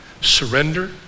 surrender